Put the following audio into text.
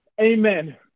amen